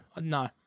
no